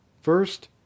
First